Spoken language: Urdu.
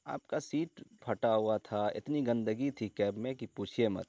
آپ کا سیٹ پھٹا ہوا تھا اتنی گندگی تھی کیب میں کہ پوچھیے مت